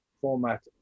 format